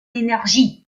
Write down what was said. énergie